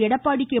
Edappadi K